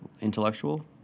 intellectual